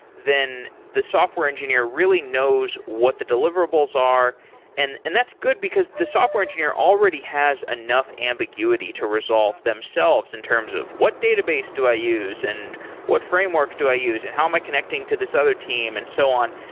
then the software engineer really knows what the deliverables are and and that's good because the software engineer already has enough ambiguity to resolve themselves, in terms of what database do i use and what framework do i use and how am i connecting to this other team and so on?